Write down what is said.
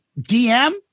DM